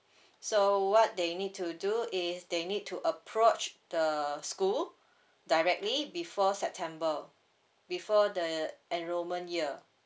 so what they need to do is they need to approach the school directly before september before the enrolment year